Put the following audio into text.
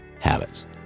Habits